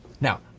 Now